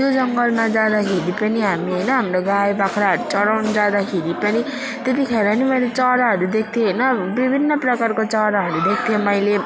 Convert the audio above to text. त्यो जङ्गलमा जाँदाखेरि पनि हामी होइन हाम्रो गाईबाख्राहरू चराउनु जाँदाखेरि पनि त्यतिखेर नि मैले चराहरू देख्थेँ होइन विभिन्न प्रकारको चराहरू देख्थेँ मैले